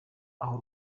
aho